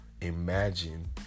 Imagine